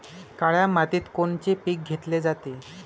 काळ्या मातीत कोनचे पिकं घेतले जाते?